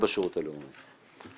ובשירות הלאומי.